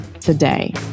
today